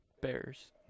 bears